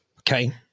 Okay